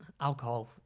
alcohol